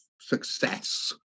success